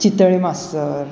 चितळी मास्